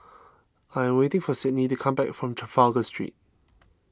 I am waiting for Sydnee to come back from Trafalgar Street